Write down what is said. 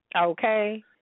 Okay